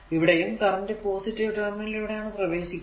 ഇവിടെയും current positive terminal ലൂടെയാണ് പ്രവേശിക്കുക